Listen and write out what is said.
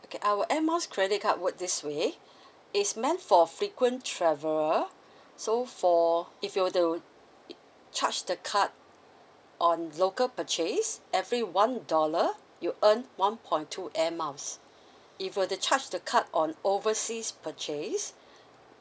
okay our air miles credit card work this way it's meant for frequent traveller so for if you were to charge the card on local purchase every one dollar you earn one point two air miles if you were to charge the card on overseas purchase